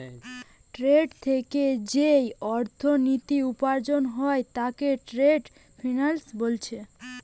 trade থিকে যেই অর্থনীতি উপার্জন হয় তাকে ট্রেড ফিন্যান্স বোলছে